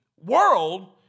world